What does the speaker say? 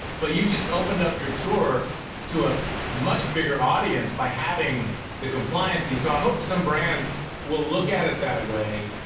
but you just opened up your tour to a much bigger audience by having the compliancy, so i hope some brands will look at it that way,